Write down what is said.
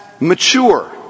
mature